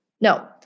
No